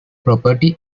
property